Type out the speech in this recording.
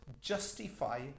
justify